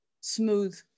smooth